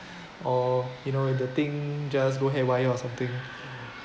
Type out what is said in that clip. or you know the thing just go haywire or something